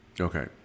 Okay